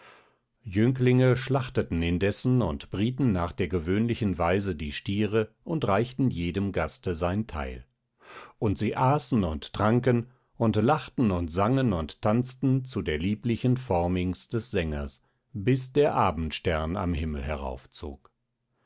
jünglinge schlachteten indessen und brieten nach der gewöhnlichen weise die stiere und reichten jedem gaste sein teil und sie aßen und tranken und lachten und sangen und tanzten zu der lieblichen phorminx des sängers bis der abendstern am himmel heraufzog